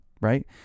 right